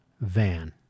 van